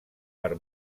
per